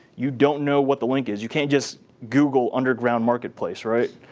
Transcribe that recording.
you don't know what the link is. you can't just google underground marketplace, right?